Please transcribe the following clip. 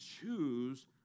choose